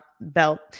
belt